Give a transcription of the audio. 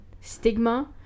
stigma